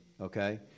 Okay